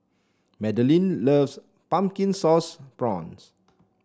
Madalyn loves Pumpkin Sauce Prawns